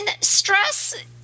stress